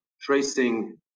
tracing